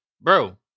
bro